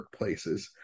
workplaces